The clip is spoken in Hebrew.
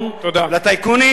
לטייקונים,